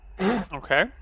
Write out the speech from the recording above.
Okay